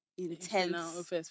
intense